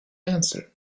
answer